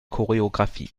choreografie